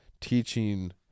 teaching